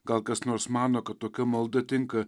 gal kas nors mano kad tokia malda tinka